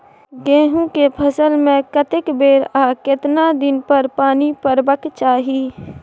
गेहूं के फसल मे कतेक बेर आ केतना दिन पर पानी परबाक चाही?